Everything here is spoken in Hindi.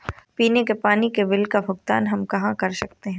पीने के पानी का बिल का भुगतान हम कहाँ कर सकते हैं?